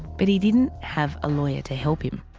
but he didn't have a lawyer to help him.